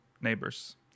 Neighbors